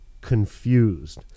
confused